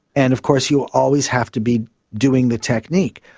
and of course you will always have to be doing the technique.